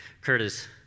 curtis